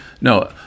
No